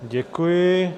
Děkuji.